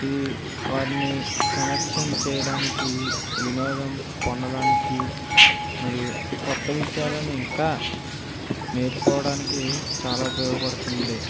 ఇది వారిని కనెక్షన్ చేయడానికి వినోదం పొందడానికి మరియు కొత్త విషయాలను ఇంకా నేర్చుకోవడానికి చాలా ఉపయోగపడుతుంది